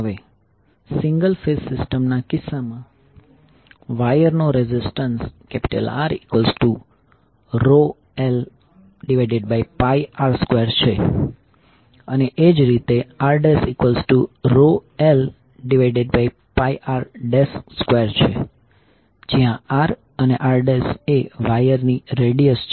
હવે single phase system ના કિસ્સામાં વાયરનો રેઝિસ્ટન્સ Rρlr2છે અને એ જ રીતે Rρlπr2છે જ્યાં r અને rએ વાયર ની રેડિયસ છે